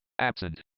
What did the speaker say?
Absent